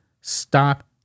Stop